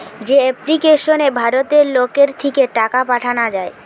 যে এপ্লিকেশনে ভারতের লোকের থিকে টাকা পাঠানা যায়